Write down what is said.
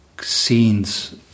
scenes